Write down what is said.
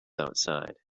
outside